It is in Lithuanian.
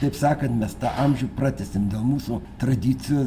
taip sakant mes tą amžių pratęsiam dėl mūsų tradicijų